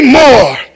more